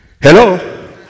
Hello